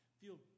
feel